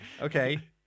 okay